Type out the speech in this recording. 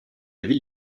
ville